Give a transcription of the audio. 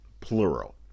Plural